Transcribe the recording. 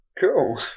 Cool